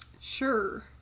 sure